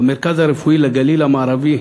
המרכז הרפואי לגליל המערבי,